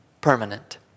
permanent